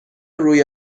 روی